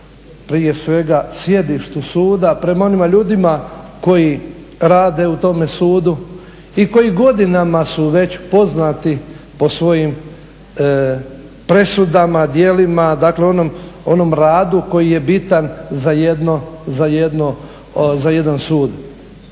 prije svega sjedištu suda, prema onim ljudima koji rade u tome sudu i koji godinama su već poznati po svojim presudama, djelima dakle onom radu koji je bitan za jedan sud.